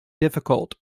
difficult